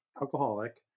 alcoholic